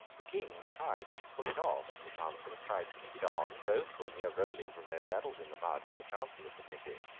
the king tried to pull it off, the chancellor tried to keep it on, both were near rolling from their saddles in the mud, when the chancellor submitted,